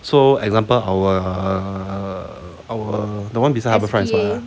so example our err our the one beside harbour front is what ah